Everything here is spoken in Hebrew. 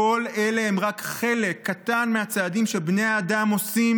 כל אלה הם רק חלק קטן מהצעדים שבני האדם עושים